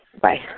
bye